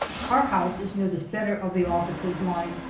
our house is near the center of the officers' line,